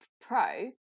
pro